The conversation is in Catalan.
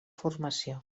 formació